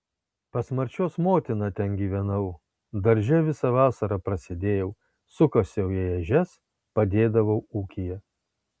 pas marčios motiną ten gyvenau darže visą vasarą prasėdėjau sukasiau jai ežias padėdavau ūkyje